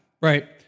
Right